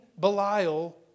Belial